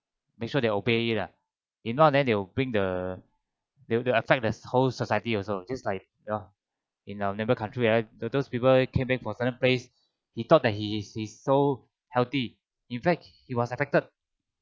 make sure they obeyed it ah if not then they will bring the they will affect the whole society also just like you know in our neighbour country right those people came back from certain place he thought that he he's he's so healthy in fact he was affected